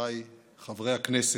חבריי חברי הכנסת,